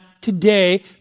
today